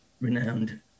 renowned